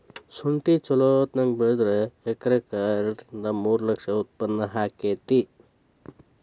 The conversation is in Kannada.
ಸುಂಠಿ ಚಲೋತಗೆ ಬೆಳದ್ರ ಎಕರೆಕ ಎರಡ ರಿಂದ ಮೂರ ಲಕ್ಷ ಉತ್ಪನ್ನ ಅಕೈತಿ